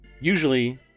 Usually